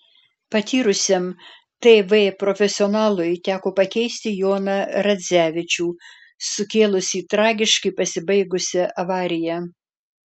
patyrusiam tv profesionalui teko pakeisti joną radzevičių sukėlusį tragiškai pasibaigusią avariją